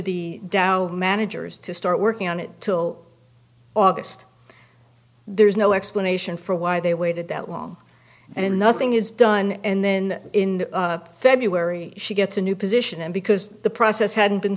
the dow managers to start working on it till august there's no explanation for why they waited that long and then nothing is done and then in february she gets a new position and because the process hadn't been